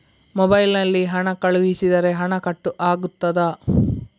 Mobile ನಲ್ಲಿ ಹಣ ಕಳುಹಿಸಿದರೆ ಹಣ ಕಟ್ ಆಗುತ್ತದಾ?